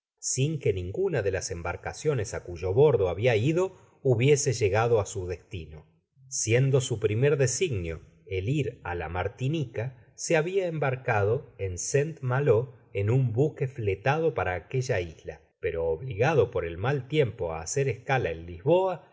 sin que ninguna de las embarcaciones á cuyo bordo habia ido hubiese llegado á su destino siendo su primer desig i content from google book search generated at nio el ir á la martiniea se habia embarcado en saint malo en un buque fletado para aquella isla pero obligado por el mal tiempo á hacer escala en lisboa